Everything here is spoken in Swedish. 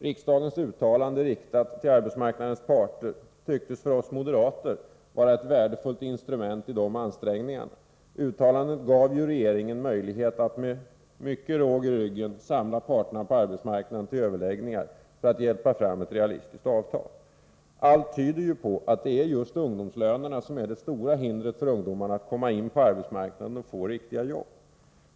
Riksdagens uttalande, riktat till arbetsmarknadens parter, tycktes för oss moderater vara ett värdefullt instrument i de ansträngningarna. Uttalandet gav regeringen möjlighet att med mycket råg i ryggen samla parterna på arbetsmarknaden till överläggningar för att hjälpa fram ett realistiskt avtal. Allt tyder på att det är just ungdomslönerna som är det stora hindret för ungdomarna när det gäller att komma in på arbetsmarknaden och få riktiga jobb.